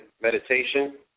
meditation